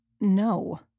No